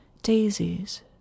Daisies